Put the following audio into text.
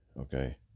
Okay